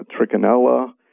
trichinella